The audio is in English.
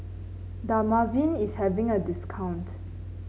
Dermaveen is having a discount